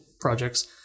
projects